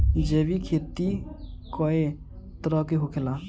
जैविक खेती कए तरह के होखेला?